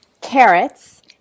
carrots